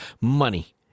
money